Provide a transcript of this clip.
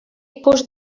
ikus